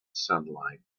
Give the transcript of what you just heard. sunlight